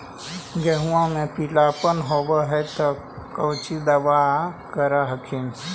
गोहुमा मे पिला अपन होबै ह तो कौची दबा कर हखिन?